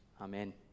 Amen